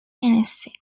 tennessee